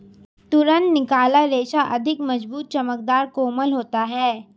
तुरंत निकाला रेशा अधिक मज़बूत, चमकदर, कोमल होता है